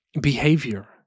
behavior